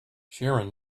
sharon